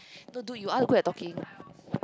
no dude you are good at talking